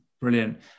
Brilliant